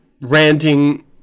ranting